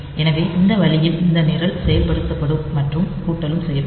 எனவே இந்த வழியில் இந்த நிரல் செயல்படுத்தப்படும் மற்றும் கூட்டலும் செய்யப்படும்